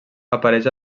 apareix